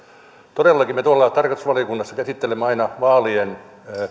todellakin me tuolla tarkastusvaliokunnassa käsittelemme aina vaalien